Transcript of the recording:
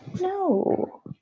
No